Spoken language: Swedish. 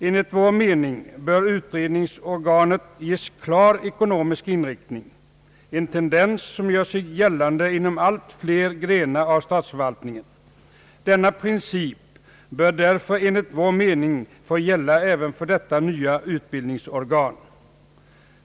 Enligt vår mening bör utbildningsorganet ges klar ekonomisk inriktning, en tendens som gör sig gällande inom allt fler grenar av statsförvaltningen. Denna princip bör därför få gälla även för detta nya utbildningsorgan.